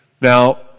Now